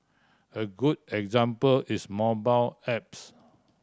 a good example is mobile apps